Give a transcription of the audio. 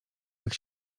jak